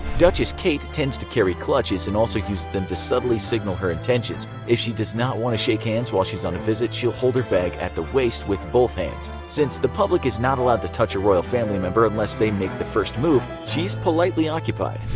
duchess kate tends to carry clutches and also uses them to subtly signal her intentions. if she does not want to shake hands while on a visit, she will hold her bag at the waist with both hands. since the public is not allowed to touch a royal family member unless they make the first move, she's politely occupied.